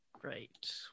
Great